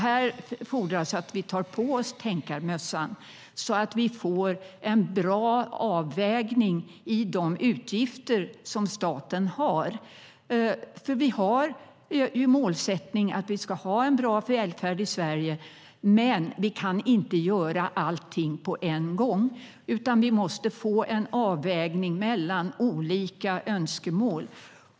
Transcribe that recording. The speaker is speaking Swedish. Här fordras det att vi tar på oss tänkarmössan så att det görs en bra avvägning i de utgifter som staten har. Vi har ju målsättningen att vi ska ha en bra välfärd i Sverige. Men vi kan inte göra allting på en gång, utan det måste ske en avvägning mellan olika önskemål.